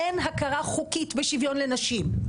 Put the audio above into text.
אין הכרה חוקית בשוויון לנשים,